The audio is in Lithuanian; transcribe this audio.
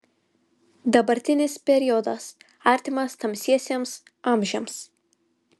dabartinis periodas artimas tamsiesiems amžiams